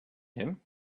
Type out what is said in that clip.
him